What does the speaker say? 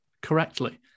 correctly